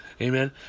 Amen